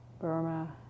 Burma